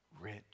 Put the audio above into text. rich